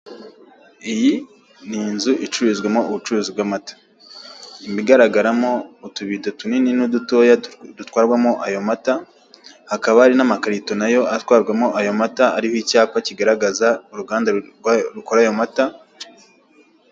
Iyi ni inzu icururizwamo ubucuruzi bw'amata ibigaragaramo utubido tunini n'udutoya dutwarwamo ayo mata, hakaba hari n'amakarito nayo atwarwamo ayo mata ariho icyapa kigaragaza uruganda rukora ayo mata.